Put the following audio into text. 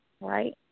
Right